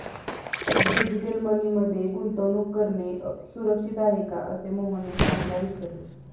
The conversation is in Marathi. डिजिटल मनी मध्ये गुंतवणूक करणे सुरक्षित आहे का, असे मोहनने श्यामला विचारले